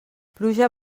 pluja